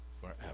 forever